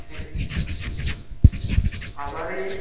ठीक ठीक अब आ रही हैं